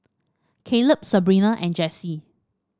Caleb Sabrina and Jessi